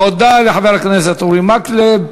תודה לחבר הכנסת אורי מקלב.